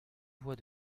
voies